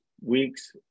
weeks